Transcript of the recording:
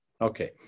Okay